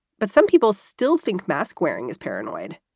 but some people still think mask wearing is paranoid.